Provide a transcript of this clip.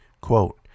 Quote